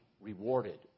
rewarded